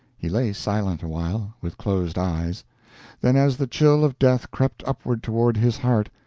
he lay silent awhile, with closed eyes then as the chill of death crept upward toward his heart,